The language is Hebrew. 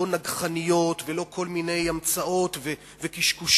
לא נגחניות ולא כל מיני המצאות וקשקושים,